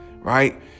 Right